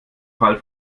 fall